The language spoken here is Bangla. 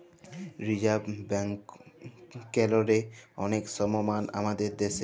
রিজাভ ব্যাংকেরলে অলেক সমমাল আমাদের দ্যাশে